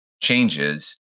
changes